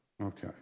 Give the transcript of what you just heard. Okay